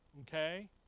Okay